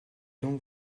donc